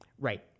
Right